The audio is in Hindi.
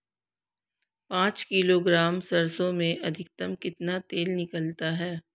पाँच किलोग्राम सरसों में अधिकतम कितना तेल निकलता है?